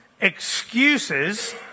excuses